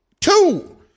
Two